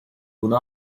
bunu